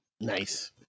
Nice